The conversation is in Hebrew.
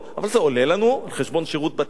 זה עולה לנו, על חשבון שירות בתי-הסוהר.